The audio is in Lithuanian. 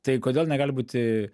tai kodėl negali būti